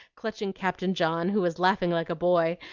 clutching captain john, who was laughing like a boy,